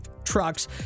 trucks